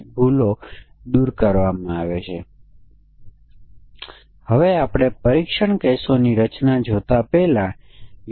અને માન્ય અને અમાન્ય વિશે આપણે શું કહ્યું કે પહેલા આપણે માન્ય અને અમાન્ય વર્ગો ધ્યાનમાં લેવું પડશે